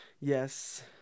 yes